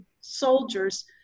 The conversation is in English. soldiers